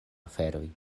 aferoj